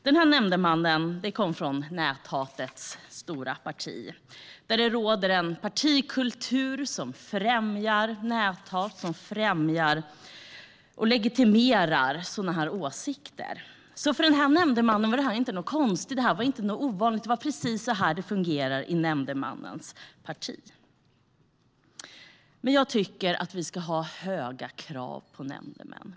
Denna nämndeman kom från näthatets stora parti, där det råder en partikultur som främjar näthat och legitimerar sådana åsikter. För den nämndemannen var detta alltså inte något konstigt eller ovanligt, utan det var precis så det fungerar i nämndemannens parti. Jag tycker att vi ska ha höga krav på nämndemännen.